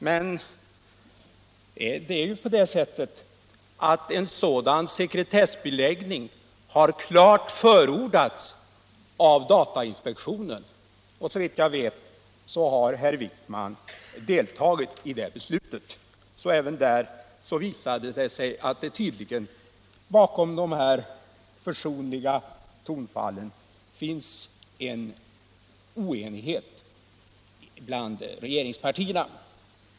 Men en sådan sekretessbeläggning har klart förordats av datainspektionen, och såvitt jag vet har herr Wijkman deltagit i det beslutet. Även där visade det sig att det tydligen bakom de försonliga tonfallen finns en oenighet bland regeringspartierna.